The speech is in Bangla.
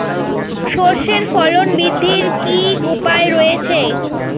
সর্ষের ফলন বৃদ্ধির কি উপায় রয়েছে?